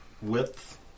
width